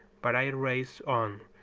but i raced on,